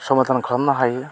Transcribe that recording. समादान खालामनो हायो